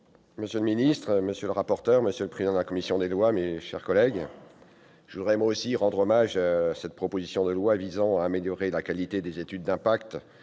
monsieur le secrétaire d'État, monsieur le rapporteur, monsieur le président de la commission des lois, mes chers collègues, je voudrais moi aussi saluer cette proposition de loi visant à améliorer la qualité des études d'impact